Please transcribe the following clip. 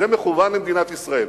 זה מכוון למדינת ישראל.